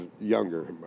younger